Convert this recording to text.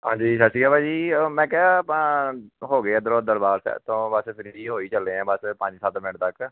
ਹਾਂਜੀ ਸਤਿ ਸ਼੍ਰੀ ਅਕਾਲ ਭਾਅ ਜੀ ਅ ਮੈਂ ਕਿਹਾ ਆਪਾਂ ਹੋ ਗਏ ਇੱਧਰੋਂ ਦਰਬਾਰ ਸਾਹਿਬ ਤੋਂ ਬਸ ਫ੍ਰੀ ਹੋ ਹੀ ਚੱਲੇ ਹਾਂ ਬਸ ਪੰਜ ਸੱਤ ਮਿੰਟ ਤੱਕ